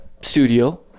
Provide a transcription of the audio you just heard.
studio